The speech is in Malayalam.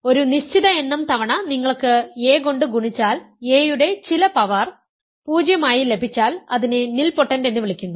ഒരു നിശ്ചിത എണ്ണം തവണ നിങ്ങൾക്ക് a കൊണ്ട് ഗുണിച്ചാൽ a യുടെ ചില പവർ 0 ആയി ലഭിച്ചാൽ അതിനെ നിൽപോട്ടൻറ് എന്ന് വിളിക്കുന്നു